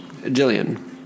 Jillian